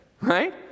right